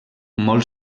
molt